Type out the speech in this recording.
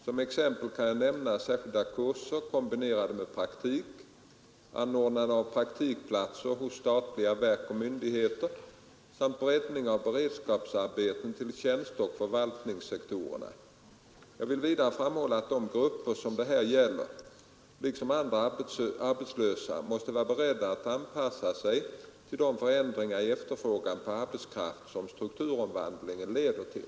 Som exempel kan jag nämna särskilda kurser kombinerade med praktik, anordnande av praktikplatser hos statliga verk och myndigheter samt breddningen av beredskapsarbetena till tjänsteoch förvaltningssektorerna. Jag vill vidare framhålla att de grupper som det här gäller liksom andra arbetslösa måste vara beredda att anpassa sig till de förändringar i efterfrågan på arbetskraft som strukturomvandlingen leder till.